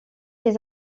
les